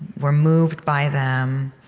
we're moved by them.